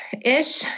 ish